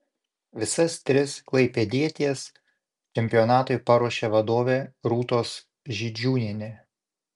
visas tris klaipėdietės čempionatui paruošė vadovė rūtos židžiūnienė